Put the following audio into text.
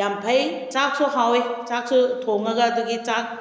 ꯌꯥꯝꯅ ꯐꯩ ꯆꯥꯛꯁꯨ ꯍꯥꯎꯌꯦ ꯆꯥꯛꯁꯨ ꯊꯣꯡꯉꯒ ꯑꯗꯨꯗꯒꯤ ꯆꯥꯛ